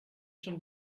schon